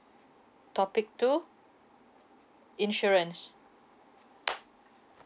topic two insurance